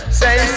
say